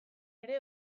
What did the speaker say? ere